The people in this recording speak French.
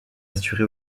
assuré